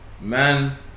Man